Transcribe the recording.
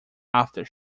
after